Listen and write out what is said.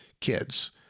kids